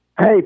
Hey